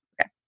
Okay